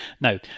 Now